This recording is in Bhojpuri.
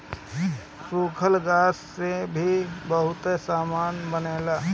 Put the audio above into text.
सूखल घास से भी बहुते सामान बनेला